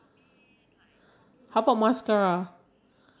dark spots maybe under eye bag I think just cover that part